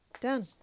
done